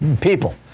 people